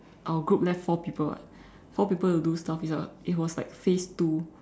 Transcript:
our group left four people [what] four people to do stuff is a it was like phase two